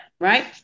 right